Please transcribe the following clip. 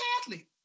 Catholic